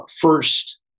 first